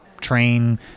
train